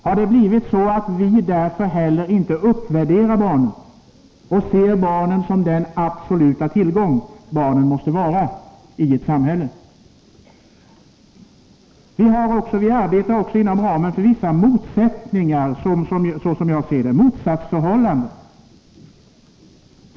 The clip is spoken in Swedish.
Har det blivit så, att vi därför inte heller tillräckligt värderar barnen och ser dem som den absoluta tillgång de måste vara i ett samhälle? Vi arbetar, som jag ser det, inom ramen för vissa motsatsförhållanden.